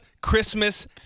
Christmas